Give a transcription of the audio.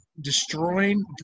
destroying